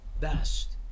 best